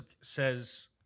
says